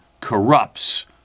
corrupts